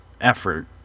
effort